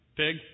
pig